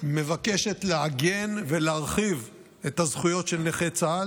מבקשת לעגן ולהרחיב את הזכויות של נכי צה"ל.